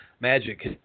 magic